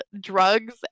drugs